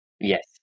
Yes